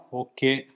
okay